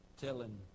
telling